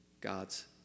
God's